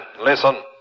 Listen